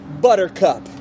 Buttercup